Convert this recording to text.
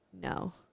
no